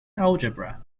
algebra